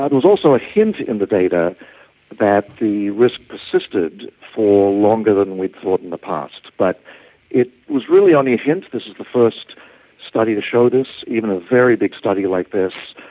ah and was also a hint in the data that the risk persisted for longer than we thought in the past. but it was really only a hint. this is the first study to show this, even a very big study like this,